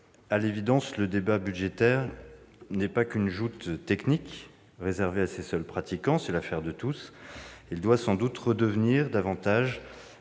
À l'évidence, le débat budgétaire n'est pas qu'une joute technique réservée à ses seuls pratiquants. C'est l'affaire de tous. Il doit sans doute redevenir un